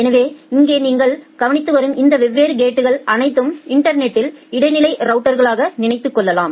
நீங்கள் இங்கே கவனித்து வரும் இந்த வெவ்வேறு கேட்கள் அனைத்தும் இன்டர்நெட்டின் இடைநிலை ரவுட்டகளாக நினைத்துக்கொள்ளலாம்